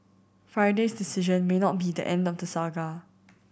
Friday's decision may not be the end of the saga